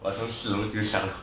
我从四楼丢下楼